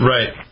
Right